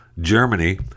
Germany